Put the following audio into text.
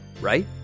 right